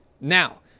Now